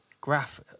Graph